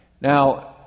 Now